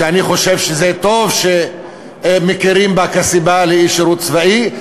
שאני חושב שזה טוב שמכירים בה כסיבה לאי-שירות צבאי,